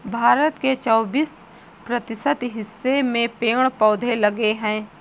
भारत के चौबिस प्रतिशत हिस्से में पेड़ पौधे लगे हैं